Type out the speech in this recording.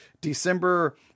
December